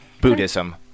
Buddhism